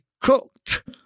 cooked